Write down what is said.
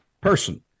person